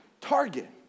target